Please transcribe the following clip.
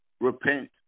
repent